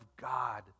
God